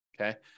okay